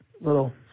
little